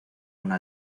una